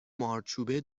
مارچوبه